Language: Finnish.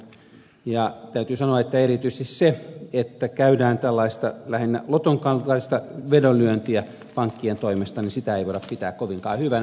täytyy sanoa että erityisesti sitä että käydään tällaista lähinnä loton kaltaista vedonlyöntiä pankkien toimesta ei voida pitää kovinkaan hyvänä